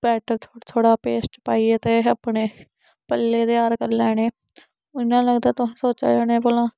petal थोह्ड़ा थोह्ड़ा paste पाइयै ते अपने पल्ले त्यार करी लैने इयां लगदा तुहें सोचा दे होने भला